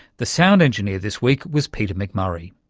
the sound engineer this week was peter mcmurray.